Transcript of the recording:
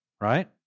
Right